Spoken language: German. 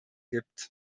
gibt